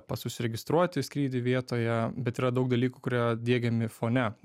pats užsiregistruoti į skrydį vietoje bet yra daug dalykų kurie diegiami fone